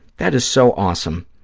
that is so awesome.